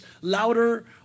louder